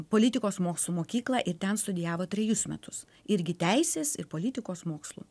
politikos mokslų mokyklą ir ten studijavo trejus metus irgi teisės ir politikos mokslų